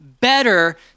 better